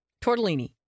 Tortellini